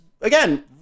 again